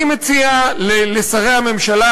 אני מציע לשרי הממשלה,